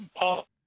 Paul